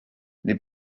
les